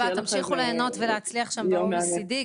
תמשיכו ליהנות ולהצליח שם ב-OECD.